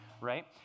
right